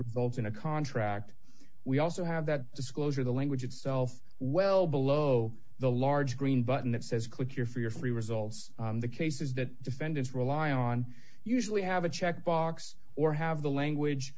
result in a contract we also have that disclosure the language itself well below the large green button that says click here for your free results the cases that defendants rely on usually have a checkbox or have the language